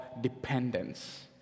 dependence